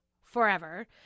forever